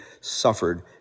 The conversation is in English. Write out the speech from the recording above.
suffered